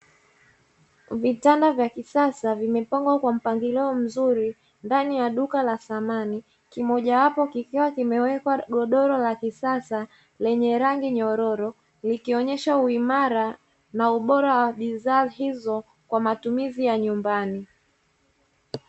Vitanda vya kisasa vimepangwa kwa mpangilio mzuri ndani ya duka la samani, kimojawapo kikiwa kimewekwa godoro la kisasa lenye rangi nyororo, likionyesha uimara na ubora wa bidhaa hizo kwa matumizi ya nyumbani.